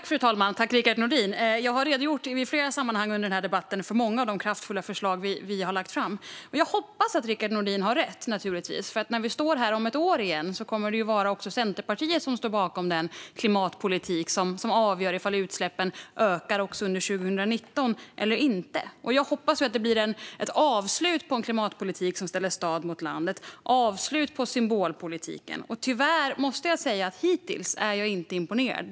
Fru talman! Jag har i flera sammanhang under denna debatt redogjort för många av de kraftfulla förslag vi lagt fram. Jag hoppas naturligtvis att Rickard Nordin har rätt, för när vi står här igen om ett år kommer även Centerpartiet att stå bakom den klimatpolitik som avgör om utsläppen ökar också under 2019 eller inte. Jag hoppas att det blir ett avslut på en klimatpolitik som ställer stad mot land och ett avslut på symbolpolitiken. Tyvärr måste jag säga att jag hittills inte är imponerad.